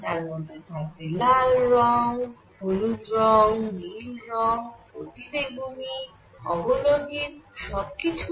তার মধ্যে থাকবে লাল রঙ হলুদ রঙ নীল রঙঅতিবেগুনী অবলোহিত সব কিছুই